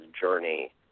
journey